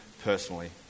personally